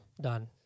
done